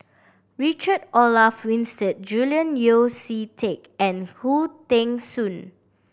Richard Olaf Winstedt Julian Yeo See Teck and Khoo Teng Soon